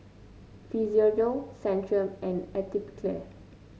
Physiogel Centrum and Atopiclair